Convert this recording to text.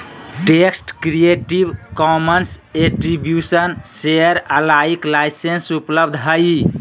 text creative commons attribution share alike licence उपलब्ध हइ